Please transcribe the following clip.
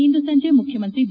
ಇಂದು ಸಂಜೆ ಮುಖ್ಯಮಂತ್ರಿ ಬಿ